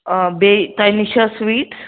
آ بیٚیہِ تۄہہِ نِش چھا سُویٖٹس